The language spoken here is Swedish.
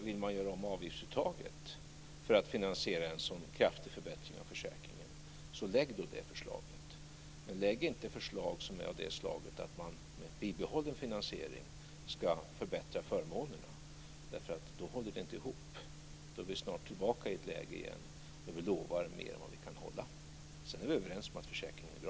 Vill man göra om avgiftsuttaget för att finansiera en sådan kraftig förbättring av försäkringen kan man lägga fram ett förslag om det. Men lägg inte fram förslag om att med bibehållen finansiering förbättra förmånerna. Då håller det inte ihop. Då är vi snart tillbaka i ett läge då vi lovar mer än vad vi kan hålla. Men vi är överens om att försäkringen är bra.